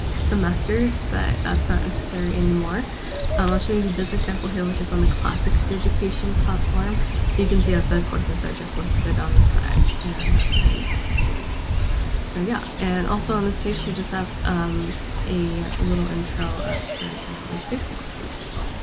semesters, but that's not necessary anymore um i'll show you this example here, which is on the classic digication platform you can see that the courses are just listed on the side and that's totally fine, too so yeah, and also on this page you just have um a little intro of her general educational courses as well.